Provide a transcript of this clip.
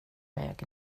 väg